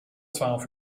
twaalf